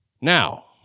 Now